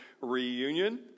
reunion